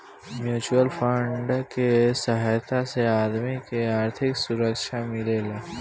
mutual fund के सहायता से आदमी के आर्थिक सुरक्षा मिलेला